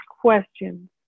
questions